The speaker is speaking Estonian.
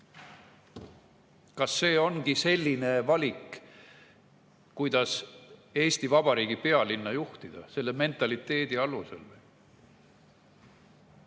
Kas see ongi selline valik, kuidas Eesti Vabariigi pealinna juhtida, selle mentaliteedi alusel?